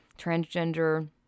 transgender